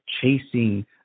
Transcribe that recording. chasing